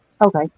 Okay